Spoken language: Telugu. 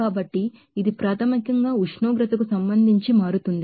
కాబట్టి ఇది ప్రాథమికంగా ఉష్ణోగ్రతకు సంబంధించి మారుతుంది